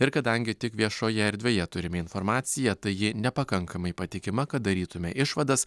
ir kadangi tik viešoje erdvėje turime informaciją tai ji nepakankamai patikima kad darytume išvadas